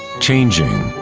changing.